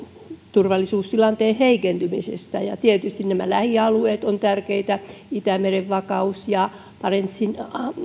turvallisuustilanteen heikentymisestä tietysti lähialueet ovat tärkeitä itämeren vakaus ja barentsin